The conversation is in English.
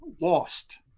lost